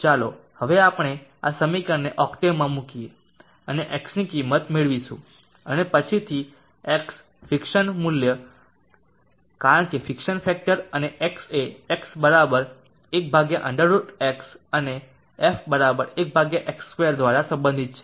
ચાલો હવે આપણે આ સમીકરણને ઓકટવમાં અમલમાં મૂકીએ અને x ની કિંમત મેળવીશું અને પછીથી x ફિક્શન ફેક્ટરનું મૂલ્ય કારણ કે ફિક્શન ફેક્ટર અને x એ x 1 √x અને f 1 x2 દ્વારા સંબંધિત છે